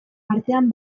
artean